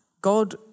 God